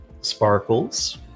sparkles